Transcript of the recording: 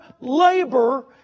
labor